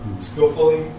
skillfully